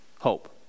hope